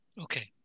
Okay